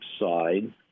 side